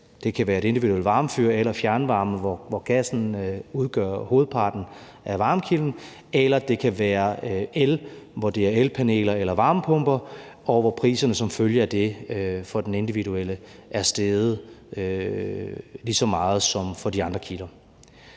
det kan være et individuelt varmefyr eller fjernvarme, hvor gassen udgør hovedparten af varmekilden – eller på el, hvor det er elpaneler eller varmepumper, og hvor priserne som følge af det for den individuelle er steget lige så meget som på de andre kilder.